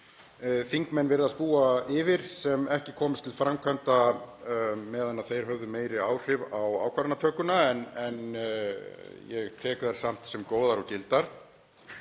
þingmenn virðast búa yfir sem ekki komust til framkvæmda meðan þeir höfðu meiri áhrif á ákvarðanatökuna en ég tek þær samt sem góðar og gildar.